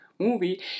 movie